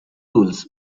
tools